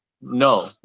No